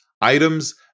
items